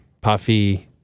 Puffy